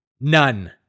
None